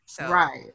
Right